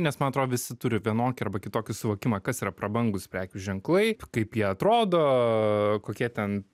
nes man atrodo visi turi vienokį arba kitokį suvokimą kas yra prabangūs prekių ženklai kaip jie atrodo kokie ten